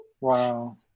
wow